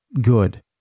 good